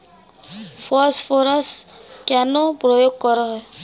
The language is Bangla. ফসফরাস কেন প্রয়োগ করা হয়?